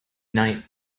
night